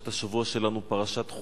פרשת השבוע שלנו היא פרשת חוקת,